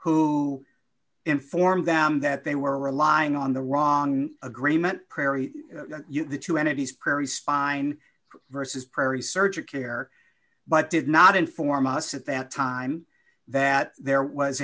who informed them that they were relying on the wrong agreement prairie the two entities prairie spine versus prairie surger care but did not inform us at that time that there was